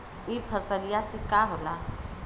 ई फसलिया से का होला?